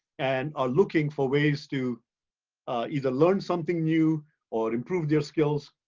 and are looking for ways to either learn something new or improve their skills.